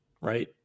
right